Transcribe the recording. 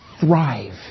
thrive